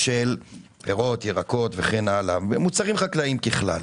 פירות, ירקות ומוצרים חקלאיים ככלל